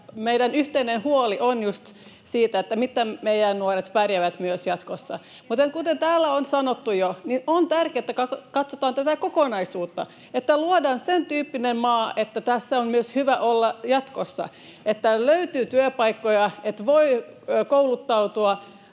Meillä on yhteinen huoli juuri siitä, miten meidän nuoret pärjäävät myös jatkossa. Mutta kuten täällä on jo sanottu, on tärkeätä, että katsotaan tätä kokonaisuutta, että luodaan sen tyyppinen maa, että täällä on hyvä olla myös jatkossa, että löytyy työpaikkoja, että voi kouluttautua,